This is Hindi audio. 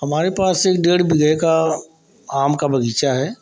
हमारे पास एक डेढ़ बीघे का आम का बगीचा है